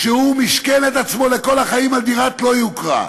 כשהוא מִשכֵּן את עצמו לכל החיים על דירת לא-יוקרה.